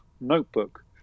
notebook